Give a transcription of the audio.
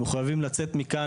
והם מחויבים לצאת מכאן,